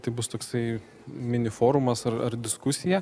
tai bus toksai miniforumas ar ar diskusija